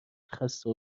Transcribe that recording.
خسته